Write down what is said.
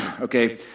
Okay